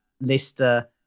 lister